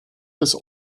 des